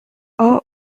all